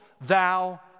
thou